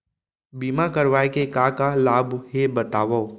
बीमा करवाय के का का लाभ हे बतावव?